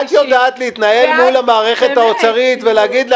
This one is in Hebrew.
את יודעת להתנהל מול המערכת האוצרית ולהגיד לה